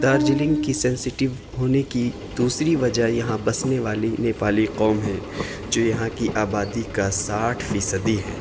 دارجلنگ کی سنسیٹیو ہونے کی دوسری وجہ یہاں بسنے والی نیپالی قوم ہے جو یہاں کی آبادی کا ساٹھ فی صدی ہے